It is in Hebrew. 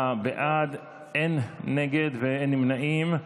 הן 44 בעד, אין מתנגדים ואין נמנעים.